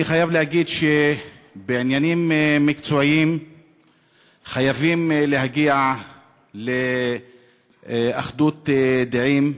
אני חייב להגיד שבעניינים מקצועיים חייבים להגיע לאחדות דעים,